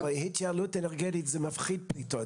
התייעלות אנרגטית זה מפחית פליטות,